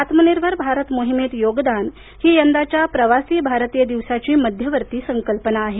आत्मनिर्भर भारत मोहिमेत योगदान ही यंदाच्या प्रवासी भारतीय दिवसाची मध्यवर्ती संकल्पना आहे